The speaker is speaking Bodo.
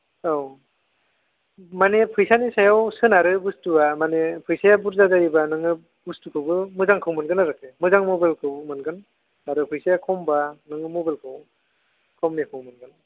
औ मानि फैसानि सायाव सोनारो बुसथुआ माने फैसाया बुरजा जायोब्ला नोंङो बुस्थुखौबो मोजांखौ मोनगोन आरो मोजां मबाइलखौ मोनगोन आरो फैसया खमबा नोङो मबाइलखौ खमनिखौ मोनगोन